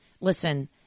Listen